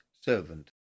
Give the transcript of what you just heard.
servant